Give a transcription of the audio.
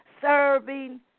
serving